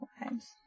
Wives